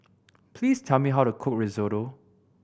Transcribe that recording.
please tell me how to cook Risotto